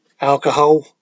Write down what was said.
Alcohol